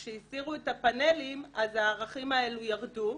כשהסירו את הפאנלים אז הערכים האלו ירדו.